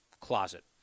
closet